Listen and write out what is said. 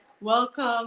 welcome